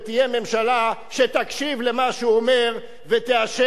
ותהיה ממשלה שתקשיב למה שהוא אומר ותאשר